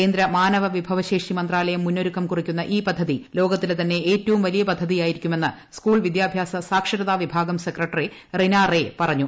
കേന്ദ്ര മാനവ വിഭവശേഷി മന്ത്രാലയം മുന്നൊ രുക്കം കുറിക്കുന്ന ഈ പദ്ധതി ലോകത്തിലെ തന്നെ ഏറ്റവും വലിയ പദ്ധ തിയായിരിക്കുമെന്ന് സ്കൂൾ വിദ്യാഭ്യാസ സാക്ഷരതാ വിഭാഗം സെക്രട്ടറി റിനാ റെ പറഞ്ഞു